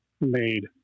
made